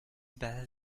ballad